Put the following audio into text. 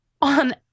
On